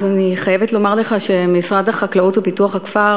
אני חייבת לומר לך שמשרד החקלאות ופיתוח הכפר